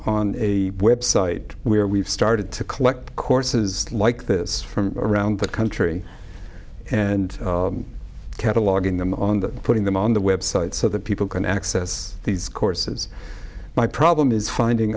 on a website where we've started to collect courses like this from around the country and cataloguing them on that putting them on the website so that people can access these courses my problem is finding